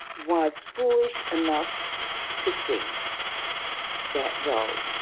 was foolish enough to think that, well,